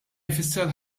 jfisser